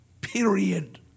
Period